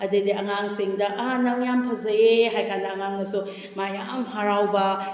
ꯑꯗꯩꯗꯤ ꯑꯉꯥꯡꯁꯤꯡꯗ ꯑꯥ ꯅꯪ ꯌꯥꯝꯅ ꯐꯖꯩꯌꯦ ꯍꯥꯏꯀꯥꯟꯗ ꯑꯉꯥꯡꯅꯁꯨ ꯃꯥ ꯌꯥꯝ ꯍꯔꯥꯎꯕ